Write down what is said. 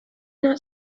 not